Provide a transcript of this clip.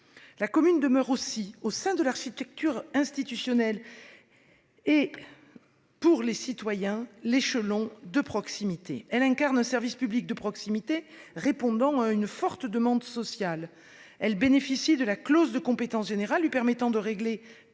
La commune demeure aussi, au sein de l'architecture institutionnelle et pour les citoyens, l'échelon de proximité. Elle incarne un service public de proximité répondant à une forte demande sociale. Elle bénéficie de la clause de compétence générale lui permettant de régler